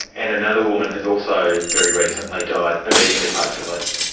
and another woman has also very recently died, immediately post-release.